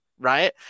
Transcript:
right